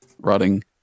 Rotting